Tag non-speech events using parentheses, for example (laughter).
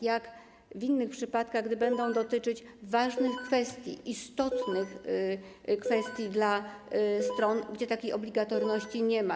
Jak w innych przypadkach, gdy będą (noise) dotyczyć ważnych kwestii, istotnych kwestii dla stron, gdzie takiej obligatoryjności nie ma?